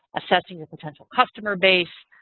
assessing your potential customer base.